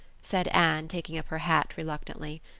said anne, taking up her hat reluctantly.